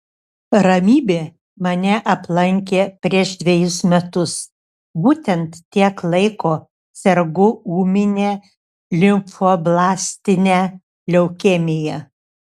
ramybė mane aplenkė prieš dvejus metus būtent tiek laiko sergu ūmine limfoblastine leukemija